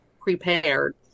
prepared